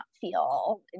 feel